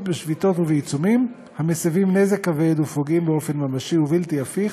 שביתות ועיצומים המסבים נזק כבד ופוגעים באופן ממשי ובלתי הפיך